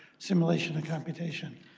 simulation and computation.